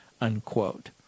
Unquote